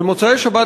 במוצאי שבת,